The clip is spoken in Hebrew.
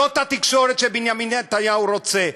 זאת התקשורת שבנימין נתניהו רוצה.